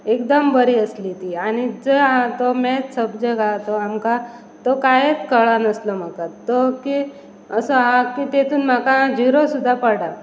एकदम बरी आसली ती आनी जो आहा तो मॅच सब्जेक्ट आहा तो आमकां तो कांयच कळ नसलो म्हाका तो की असो आहा की तेतून म्हाका झिरो सुद्दा पडा